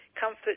comfort